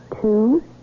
two